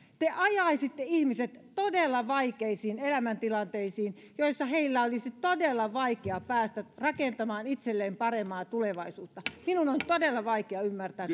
te ajaisitte ihmiset todella vaikeisiin elämäntilanteisiin joissa heidän olisi todella vaikea päästä rakentamaan itselleen parempaa tulevaisuutta minun on todella vaikea ymmärtää